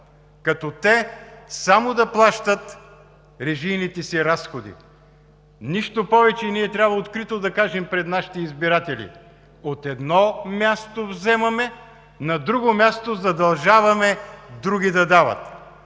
като те само да плащат режийните си разходи – нищо повече. Ние трябва открито да кажем пред нашите избиратели: от едно място вземаме, от друго място – задължаваме други да дават.